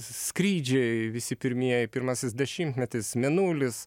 skrydžiai visi pirmieji pirmasis dešimtmetis mėnulis